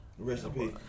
Recipe